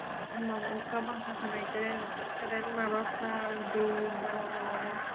अखा बांखा हानायजों खारेन्ट माबाफ्रा दै बाना जानानै